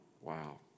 Wow